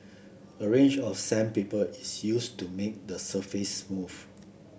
a range of sandpaper is used to make the surface smooth